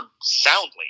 soundly